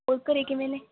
ਹੋਰ ਘਰ ਕਿਵੇਂ ਨੇ